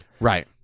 Right